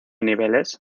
niveles